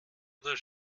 oder